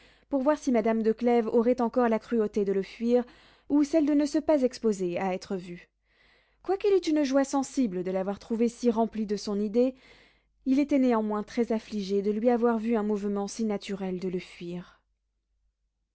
pour voir si madame de clèves aurait encore la cruauté de le fuir ou celle de ne se pas exposer à être vue quoiqu'il eût une joie sensible de l'avoir trouvée si remplie de son idée il était néanmoins très affligé de lui avoir vu un mouvement si naturel de le fuir